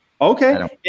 Okay